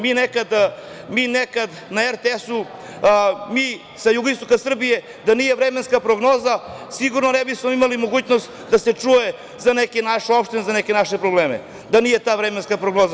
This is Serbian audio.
Mi nekada na RTS, mi sa jugoistoka Srbije, da nije vremenske prognoze, sigurno ne bismo imali mogućnost da se čuje za neke naše opštine, za neke naše probleme, da nije te vremenske prognoze.